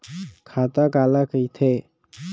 खाता काला कहिथे?